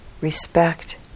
respect